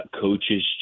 coaches